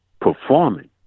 performing